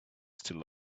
still